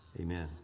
Amen